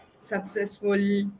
successful